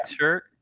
shirt